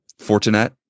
Fortinet